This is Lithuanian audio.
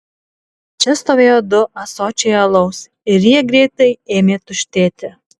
čia stovėjo du ąsočiai alaus ir jie greitai ėmė tuštėti